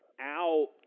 out